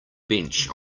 bench